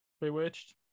Bewitched